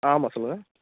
ஆ ஆமாம் சொல்லுங்கள்